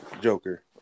Joker